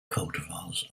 cultivars